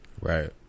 Right